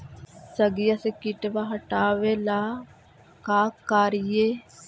सगिया से किटवा हाटाबेला का कारिये?